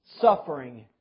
suffering